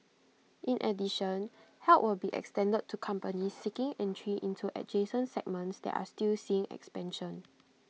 in addition help will be extended to companies seeking entry into adjacent segments that are still seeing expansion